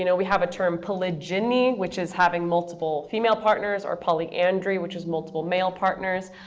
you know we have a term polygyny, which is having multiple female partners. or polyandry, which is multiple male partners.